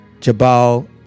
Jabal